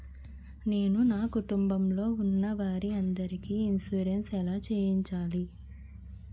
నేను నా కుటుంబం లొ ఉన్న వారి అందరికి ఇన్సురెన్స్ ఎలా చేయించాలి?